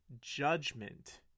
judgment